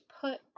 put